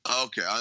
Okay